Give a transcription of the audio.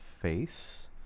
face